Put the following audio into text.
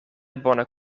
bone